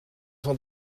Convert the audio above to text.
van